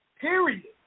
period